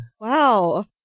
Wow